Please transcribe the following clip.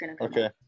Okay